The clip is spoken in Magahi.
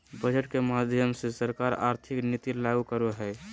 बजट के माध्यम से सरकार आर्थिक नीति लागू करो हय